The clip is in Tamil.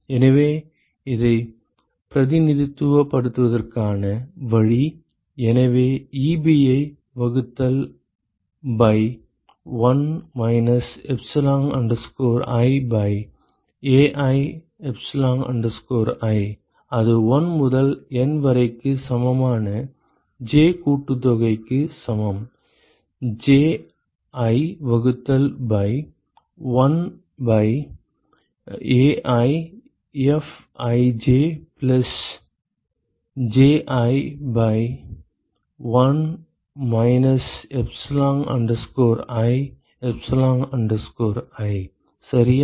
எனவே இதைப் பிரதிநிதித்துவப்படுத்துவதற்கான வழி எனவே Ebi வகுத்தல் by 1 minus epsilon i by Ai epsilon i அது 1 முதல் N வரைக்கு சமமான j கூட்டுத்தொகைக்கு சமம் Ji வகுத்தல் by 1 by AiFij plus Ji by 1 minus epsilon i epsilon i சரியா